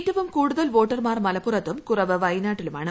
ഏറ്റവും കൂടുതൽ വോട്ടർമാർ മലപ്പുറത്തൂം ്കുറവ് വയനാട്ടിലുമാണ്